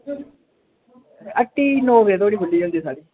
हट्टी नौ बजे धोड़ी खुल्ली होंदी साढ़ी